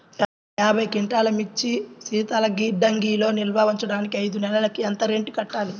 యాభై క్వింటాల్లు మిర్చి శీతల గిడ్డంగిలో నిల్వ ఉంచటానికి ఐదు నెలలకి ఎంత రెంట్ కట్టాలి?